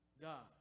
God